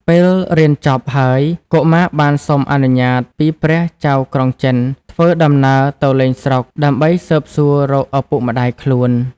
ពេលរៀនចប់ហើយ កុមារបានសុំអនុញ្ញាតពីព្រះចៅក្រុងចិន ធ្វើដំណើរទៅលេងស្រុក ដើម្បីស៊ើបសួររកឪពុកម្តាយខ្លួន។